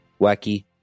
Wacky